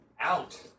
out